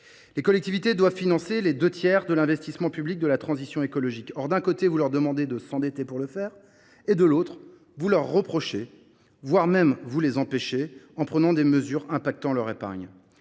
Les collectivités doivent financer les deux tiers de l’investissement public destiné à favoriser la transition écologique. Or, d’un côté, vous leur demandez de s’endetter pour le faire et, de l’autre, vous le leur reprochez – voire vous les en empêchez, en prenant des mesures qui affectent leur épargne…